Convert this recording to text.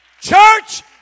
Church